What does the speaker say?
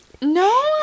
No